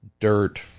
dirt